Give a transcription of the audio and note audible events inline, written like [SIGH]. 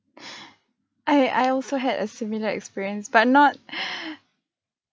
[BREATH] I I also had a similar experience but not [BREATH]